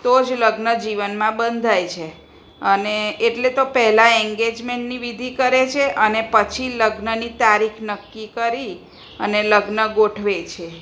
તો જ લગ્ન જીવનમાં બંધાય છે અને એટલે તો પહેલાં એંગેજમેન્ટની વિધિ કરે છે અને પછી લગ્નની તારીખ નક્કી કરી અને લગ્ન ગોઠવે છે